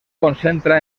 concentra